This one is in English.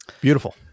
beautiful